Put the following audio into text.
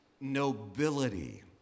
nobility